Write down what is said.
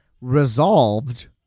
resolved